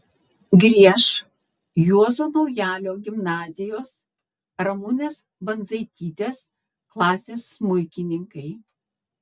grieš juozo naujalio gimnazijos ramunės bandzaitytės klasės smuikininkai